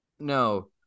no